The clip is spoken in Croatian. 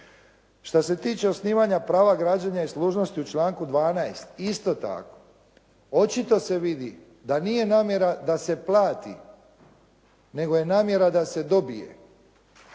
Šta se tiče osnivanja prava građenja i služnosti u članku 12. isto tako očito se vidi da nije namjera da se plati nego je namjera da se dobije.